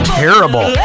terrible